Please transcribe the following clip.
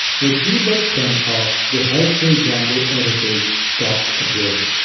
with debug turned off, the helpful django error page stops appearing.